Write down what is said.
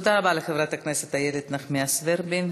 תודה רבה לחברת הכנסת איילת נחמיאס ורבין.